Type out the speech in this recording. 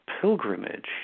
pilgrimage